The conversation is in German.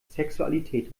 sexualität